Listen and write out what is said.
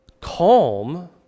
calm